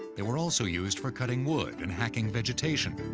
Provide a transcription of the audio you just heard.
they were also used for cutting wood and hacking vegetation.